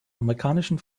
amerikanischen